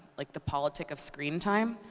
like the politick of screen time,